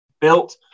built